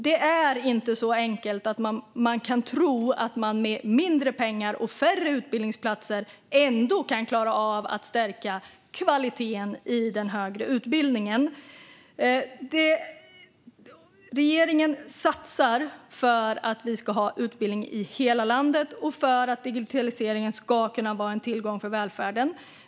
Det är inte så enkelt att man med mindre pengar och färre utbildningsplatser ändå kan stärka kvaliteten i den högre utbildningen. Regeringen satsar för att vi ska ha utbildning i hela landet och för att digitaliseringen ska vara en tillgång för välfärden.